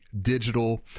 digital